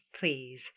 please